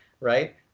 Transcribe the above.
Right